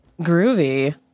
Groovy